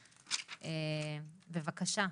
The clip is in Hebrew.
בבקשה.